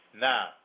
Now